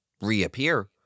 reappear